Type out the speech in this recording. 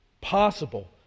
possible